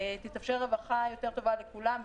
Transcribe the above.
תתאפשר רווחה יותר טובה לכולם,